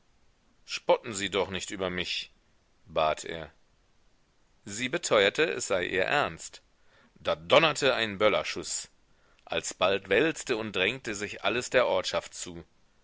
spotten sie doch nicht über mich bat er sie beteuerte es sei ihr ernst da donnerte ein böllerschuß alsbald wälzte und drängte sich alles der ortschaft zu